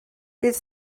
bydd